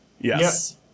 yes